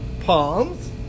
palms